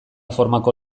formako